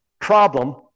problem